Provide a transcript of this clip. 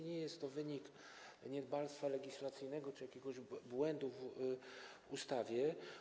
Nie jest to wynik niedbalstwa legislacyjnego czy jakiegoś błędu w ustawie.